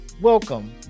welcome